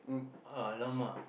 !alamak!